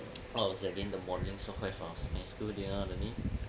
what was again the modelling so quite fast and still learning